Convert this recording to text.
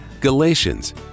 Galatians